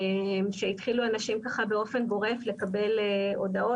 שהתחילו אנשים ככה באופן גורף לקבל הודעות